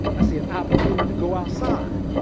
i see an opportunity to go outside.